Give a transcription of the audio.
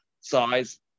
size